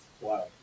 Wow